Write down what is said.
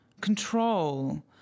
control